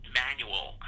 manual